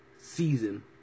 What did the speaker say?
season